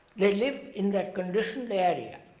they live in that conditioned area,